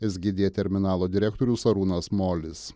sgd terminalo direktorius arūnas molis